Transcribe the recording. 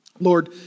Lord